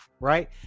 right